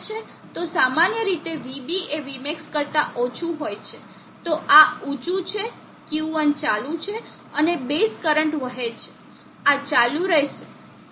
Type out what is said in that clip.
તો સામાન્ય રીતે vB એ vmax કરતા ઓછું હોય છે તો આ ઊચું છે Q1 ચાલુ છે અને બેઝ કરંટ વહે છે આ ચાલુ રહેશે